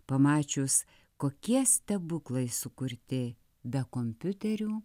pamačius kokie stebuklai sukurti be kompiuterių